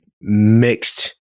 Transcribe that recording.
mixed